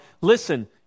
listen